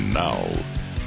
Now